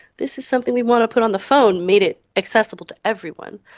this is something we want to put on the phone, made it accessible to everyone.